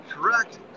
correct